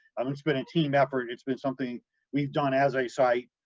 um, it's been a team effort, it's been something we've done as a site,